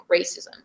racism